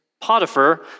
Potiphar